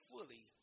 fully